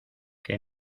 que